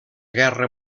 guerra